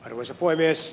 arvoisa puhemies